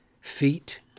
feet